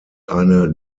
eine